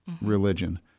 religion